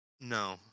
No